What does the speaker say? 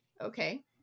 okay